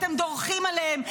אתם דורכים עליהם,